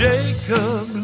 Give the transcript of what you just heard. Jacob